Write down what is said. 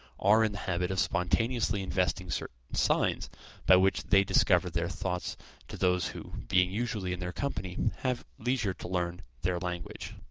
are in the habit of spontaneously inventing certain signs by which they discover their thoughts to those who, being usually in their company, have leisure to learn their language.